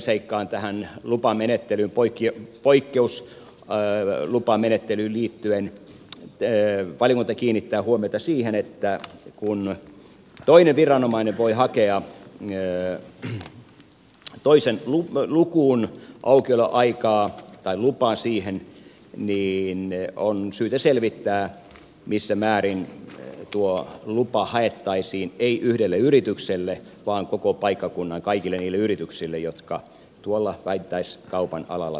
vielä tähän poikkeuslupamenettelyyn liittyen valiokunta kiinnittää huomiota siihen että kun toinen viranomainen voi hakea toisen lukuun lupaa aukioloaikaan niin on syytä selvittää missä määrin tuo lupa haettaisiin ei yhdelle yritykselle vaan koko paikkakunnan kaikille niille yrityksille jotka tuolla vähittäiskaupan alalla toimivat